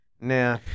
Nah